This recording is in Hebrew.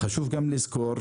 חשוב גם לזכור,